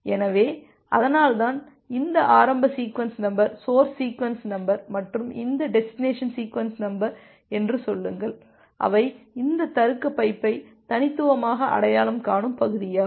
எனவே அதனால்தான் இந்த ஆரம்ப sequence number source sequence number மற்றும் இந்த டெஸ்டினேசன் சீக்வென்ஸ் நம்பர் என்று சொல்லுங்கள் அவை இந்த தருக்க பைப்பை தனித்துவமாக அடையாளம் காணும் பகுதியாகும்